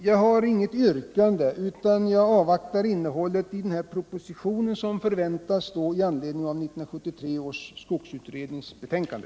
Jag har inget yrkande, utan jag avvaktar innehållet i den proposition som förväntas i anledning av 1973 års skogsutrednings betänkande.